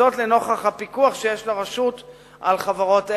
וזאת לנוכח הפיקוח שיש לרשות על חברות אלה,